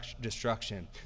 destruction